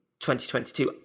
2022